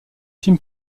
film